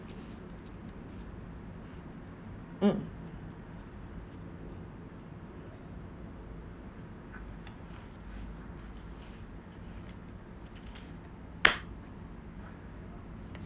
mm